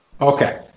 Okay